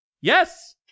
Yes